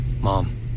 Mom